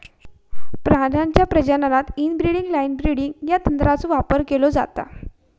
प्राण्यांच्या प्रजननात inbreeding line breeding या तंत्राचो वापर केलो जाता